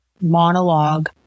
monologue